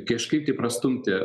kažkaip tai prastumti